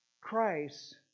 Christ